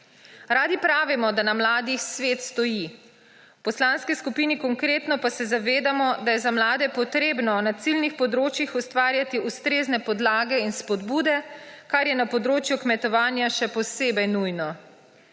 Radi pravimo, da na mladih svet stoji. V Poslanski skupini Konkretno pa se zavedamo, da je za mlade potrebno na ciljnih področjih ustvarjati ustrezne podlage in spodbude, kar je na področju kmetovanja še posebej nujno.